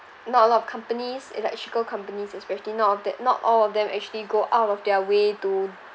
not a lot of companies electrical companies especially not of that not all of them actually go out of their way to